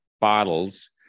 bottles